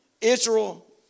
Israel